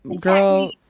girl